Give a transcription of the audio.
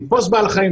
לתפוס בעל חיים,